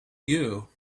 you